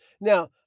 Now